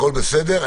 הכול בסדר.